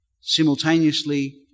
Simultaneously